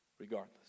regardless